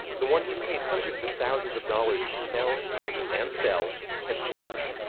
the one he's paid hundreds of thousands of dollars to tell and sell has changed.